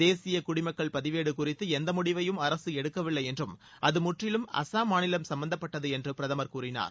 தேசிய குடிமக்கள் பதிவேடு குறித்து எந்த முடிவையும் அரசு எடுக்கவில்லை என்றும் அது முற்றிலும் அஸ்ஸாம் மாநிலம் சம்பந்தப்பமட்டது என்றும் பிரதமர் கூறினார்